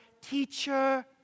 teacher